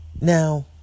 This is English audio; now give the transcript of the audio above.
Now